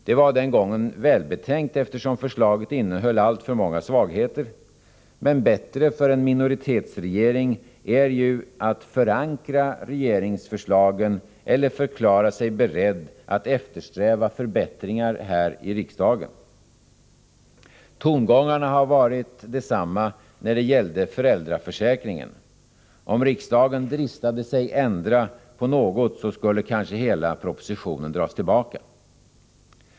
Det var den gången välbetänkt, eftersom förslaget innehöll alltför många svagheter. Men bättre för en minoritetsregering är ju att förankra regeringsförslagen eller att förklara sig beredd att eftersträva förbättringar här i riksdagen. Tongångarna har varit desamma när det gällde föräldraförsäkringen. Om riksdagen dristade sig att ändra på något skulle kanske hela propositionen dras tillbaka.